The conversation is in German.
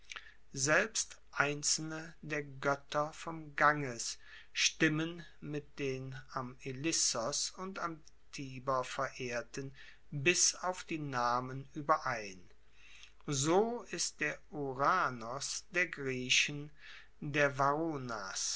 selbst einzelne der goetter vom ganges stimmen mit den am ilissos und am tiber verehrten bis auf die namen ueberein so ist der uranos der griechen der